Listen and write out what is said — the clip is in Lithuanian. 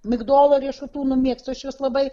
migdolų riešutų nu mėgstu aš juos labai